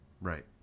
Right